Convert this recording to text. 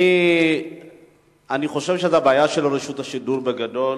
אני חושב שהבעיה של רשות השידור, בגדול,